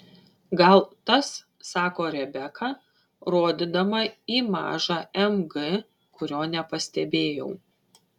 gal tas sako rebeka rodydama į mažą mg kurio nepastebėjau